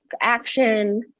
action